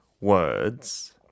words